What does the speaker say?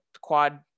quad